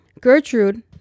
Gertrude